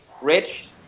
rich